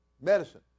medicine